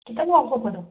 ꯈꯤꯇꯪ ꯋꯥꯎꯊꯣꯛꯄꯗꯣ